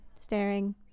staring